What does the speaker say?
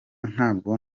ntabwo